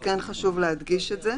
כן חשוב להדגיש את זה.